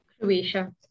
croatia